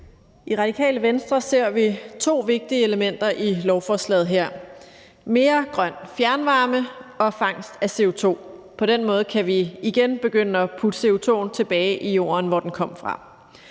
I Radikale Venstre ser vi to vigtige elementer i lovforslaget her: mere grøn fjernvarme og fangst af CO2. På den måde kan vi igen begynde at putte CO2'en tilbage i jorden, hvor den kom fra.